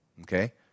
Okay